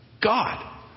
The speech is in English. God